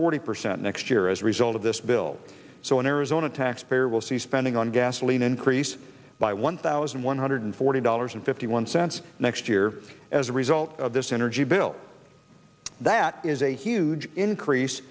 forty percent next year as a result of this bill so an arizona taxpayer will see spending on gasoline increase by one thousand one hundred forty dollars and fifty one cents next year as a result of this energy bill that is a huge increase